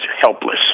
helpless